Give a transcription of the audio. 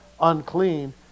unclean